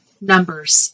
numbers